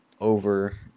over